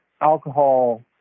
alcohol